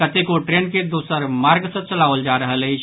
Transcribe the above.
कतेको ट्रेन के दोसर मार्ग सँ चलाओल जा रहल अछि